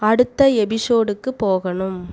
அடுத்த எபிஷோடுக்கு போகணும்